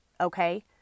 Okay